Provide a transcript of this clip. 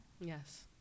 yes